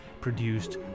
produced